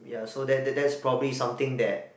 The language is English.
ya so that that that's probably something that